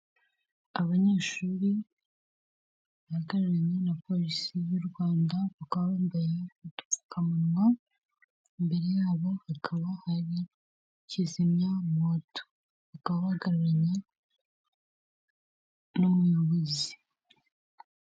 Abanyeshuri bahagararanye na polisi y'u Rwanda bakaba bambaye udupfukamunwa, imbere yabo hakaba hari kizimyamwoto bakaba bahagararanya n'umuyobozi.